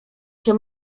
się